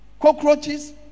cockroaches